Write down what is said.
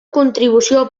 contribució